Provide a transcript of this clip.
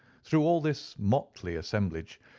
through all this motley assemblage,